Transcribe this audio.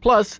plus,